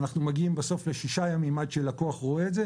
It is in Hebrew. אנחנו מגיעים בסוף לשישה ימים עד שלקוח רואה את זה.